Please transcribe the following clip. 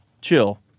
chill